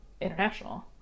international